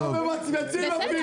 למה אתה האיש הרע?